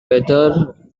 weather